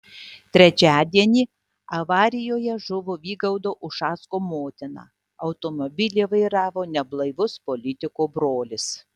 trečiadienį avarijoje žuvo vygaudo ušacko motina automobilį vairavo neblaivus politiko brolis